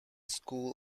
school